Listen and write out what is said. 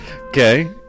Okay